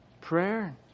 Prayer